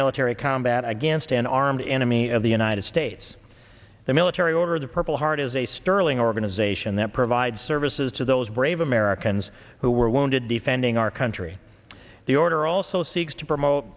military combat against an armed enemy of the united states the military order of the purple heart is a sterling organization that provides services to those brave americans who were wounded defending our country the order also seeks to promote